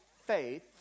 faith